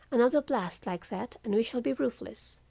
another blast like that and we shall be roofless